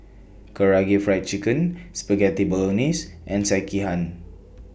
Karaage Fried Chicken Spaghetti Bolognese and Sekihan